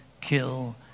kill